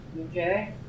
Okay